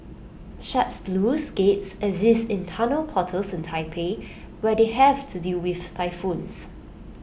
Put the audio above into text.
such sluice gates exist in tunnel portals in Taipei where they have to deal with typhoons